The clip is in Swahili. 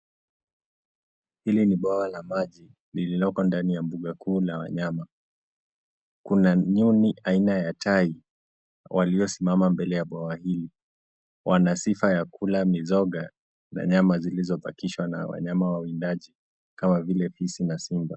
Hili ni bwawa la maji, lililoko ndani ya mbunga kuu la wanyama, kuna nyuni aina ya tai, waliosimama mbele ya bwawa hili. Wana sifa za kula mizoga, na nyama zilizobakishwa na wanyama wawindaji, kama vile fisi, na simba.